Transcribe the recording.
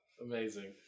Amazing